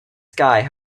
sky